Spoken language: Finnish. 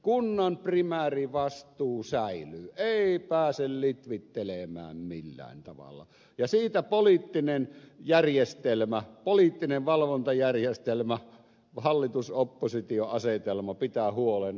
kunnan primäärivastuu säilyy ei pääse litvittelemään millään tavalla ja siitä poliittinen valvontajärjestelmä hallitusoppositio asetelma pitää huolen